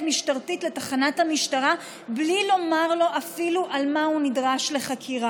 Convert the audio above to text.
משטרתית לתחנת המשטרה בלי לומר לו אפילו על מה הוא נדרש לחקירה.